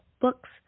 Books